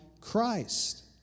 Christ